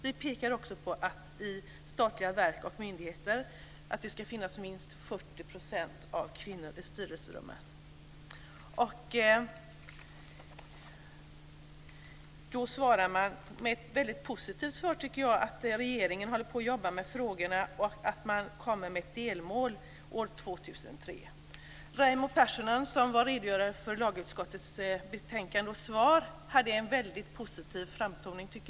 Vi pekar också på att det ska finnas minst Jag tycker att man ger ett mycket positivt svar. Man säger att regeringen jobbar med frågorna och att man kommer med ett delmål år 2003. Raimo Pärssinen redogjorde för lagutskottets betänkande och svar. Jag tycker att han hade en väldigt positiv framtoning.